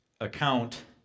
account